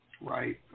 Right